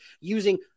using